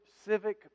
civic